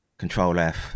Control-F